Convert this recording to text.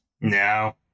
No